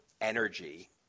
energy